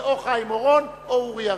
זה או חיים אורון או אורי אריאל.